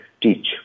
teach